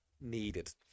Needed